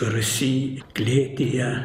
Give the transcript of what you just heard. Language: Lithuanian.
rūsy klėtyje